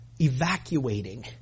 evacuating